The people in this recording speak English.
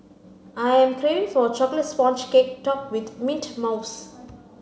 I am craving for a chocolate sponge cake topped with mint mouse